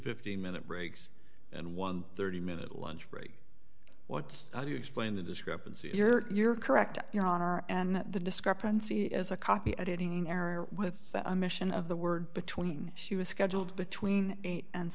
fifteen minute breaks and one hundred and thirty minute lunch break what do you explain the discrepancy if you're correct your honor and the discrepancy is a copy editing error with a mission of the word between she was scheduled between eight and